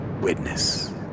witness